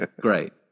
Great